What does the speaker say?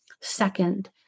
Second